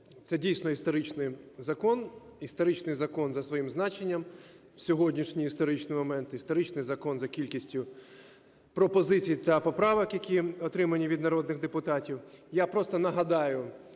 це дійсно історичний закон, історичний закон за своїм значенням в сьогоднішній історичний момент, історичний закон за кількістю пропозицій та поправок, які отримані від народних депутатів.